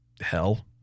Hell